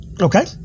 Okay